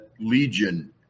Legion